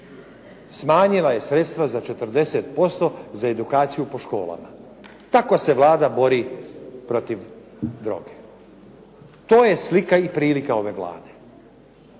Smanjila je sredstva za 40% za edukaciju po školama. Tako se Vlada bori protiv droge, to je slika i prilika ove Vlade.